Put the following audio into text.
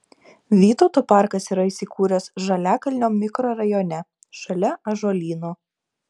vytauto parkas yra įsikūręs žaliakalnio mikrorajone šalia ąžuolyno